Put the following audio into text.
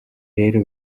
rero